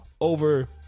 over